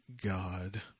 God